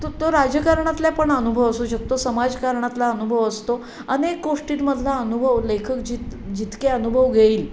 तो तो राजकारणातल्या पण अनुभव असू शकतो समाजकारणातला अनुभव असतो अनेक गोष्टींमधला अनुभव लेखक जित जितके अनुभव घेईल